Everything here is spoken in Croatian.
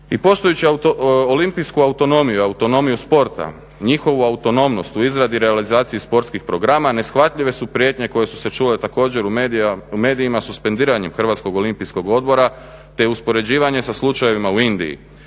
I poštujući olimpijsku autonomiju, autonomiju sporta, njihovu autonomnost u izradi realizacije sportskih programa neshvatljive su prijetnje koje su se čule također u medijima, suspendiranjem Hrvatskog olimpijskog odbora, te uspoređivanje sa slučajevima u Indiji.